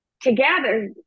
together